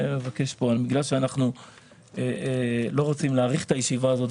בגלל שאנחנו לא רוצים להאריך את הישיבה הזאת,